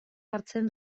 hartzen